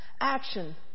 Action